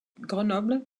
grenoble